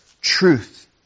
truth